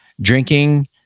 drinking